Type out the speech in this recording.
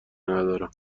ندارم